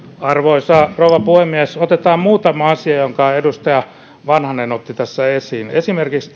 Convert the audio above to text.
arvoisa rouva puhemies otetaan muutama asia jotka edustaja vanhanen otti tässä esiin esimerkiksi